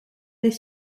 les